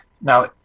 Now